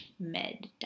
med